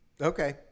Okay